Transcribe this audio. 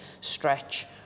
stretch